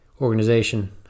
organization